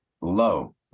low